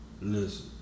listen